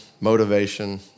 motivation